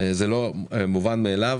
זה לא מובן מאליו.